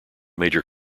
major